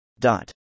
Dot